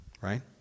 Right